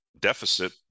deficit